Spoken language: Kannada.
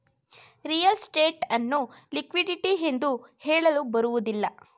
ರಿಯಲ್ ಸ್ಟೇಟ್ ಅನ್ನು ಲಿಕ್ವಿಡಿಟಿ ಎಂದು ಹೇಳಲು ಬರುವುದಿಲ್ಲ